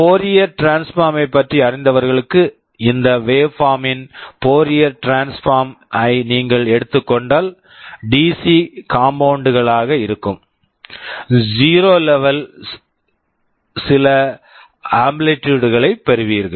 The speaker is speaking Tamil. ஃபோரியர் ட்ரான்ஸ்பார்ம் Fourier transform ஐப் பற்றி அறிந்தவர்களுக்கு இந்த வேவ்பார்ம் waveform ன் ஃபோரியர் ட்ரான்ஸ்பார்ம் Fourier transform ஐ நீங்கள் எடுத்துக் கொண்டால் டிசி DC காம்போனென்ட் component களாக இருக்கும் ஜீரோ 0 லெவல் level ல் சில ஆம்ப்ளிடியூட் amplitude களைப் பெறுவீர்கள்